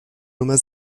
nummer